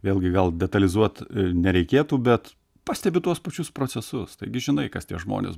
vėlgi gal detalizuot nereikėtų bet pastebiu tuos pačius procesus taigi žinai kas tie žmonės